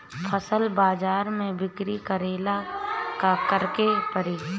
फसल बाजार मे बिक्री करेला का करेके परी?